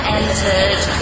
entered